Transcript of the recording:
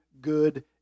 good